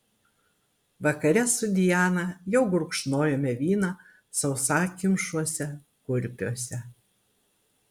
vakare su diana jau gurkšnojome vyną sausakimšuose kurpiuose